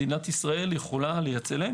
מדינת ישראל יכולה לייצא להם.